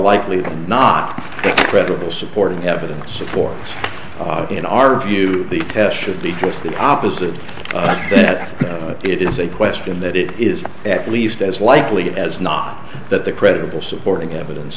likely than not credible supporting evidence for in our view the test should be just the opposite that it is a question that it is at least as likely as not that the credible supporting evidence